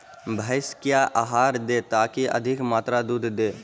भैंस क्या आहार दे ताकि अधिक मात्रा दूध दे?